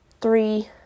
three